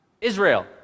Israel